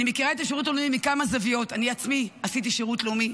אני מכירה את השירות הלאומי מכמה זוויות: אני עצמי עשיתי שירות לאומי,